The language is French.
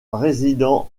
résidant